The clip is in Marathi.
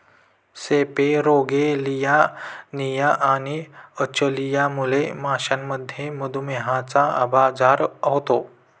सेपेरोगेलियानिया आणि अचलियामुळे माशांमध्ये मधुमेहचा आजार होतो